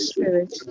Spirit